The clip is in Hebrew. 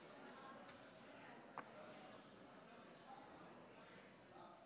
להלן התוצאות: בעד,